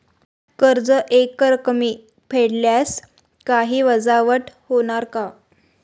कर्ज एकरकमी फेडल्यास काही वजावट होणार का?